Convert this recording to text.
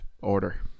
order